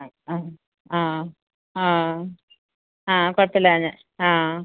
ആ ആ ആ ആ ആ കുഴപ്പമില്ല ഞാന് ആ